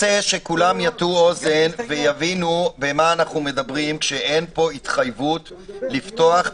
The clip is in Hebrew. שכולם יטו אוזן ויבינו על מה אנחנו מדברים כשאין פה התחייבות לפתוח,